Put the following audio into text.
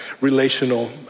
relational